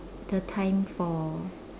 the time for